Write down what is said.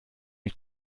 ich